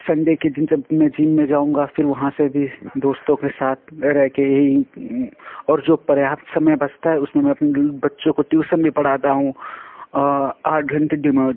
Sunday के दिन जब मैं जिम में जाऊँगा फिर वहाँ से भी दोस्तों के साथ रहे के यही और जो पर्याप्त समय बचता है उसमें मैं अपने बच्चों को ट्यूसन भी पढ़ाता हूँ आठ घंटे डिमड